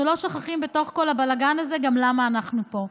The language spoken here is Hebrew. לא שוכחים בתוך כל הבלגן הזה גם למה אנחנו פה.